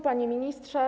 Panie Ministrze!